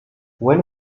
when